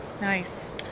Nice